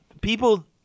people